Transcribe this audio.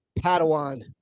Padawan